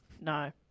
No